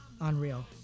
unreal